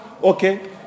Okay